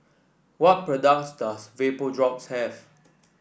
what products does Vapodrops have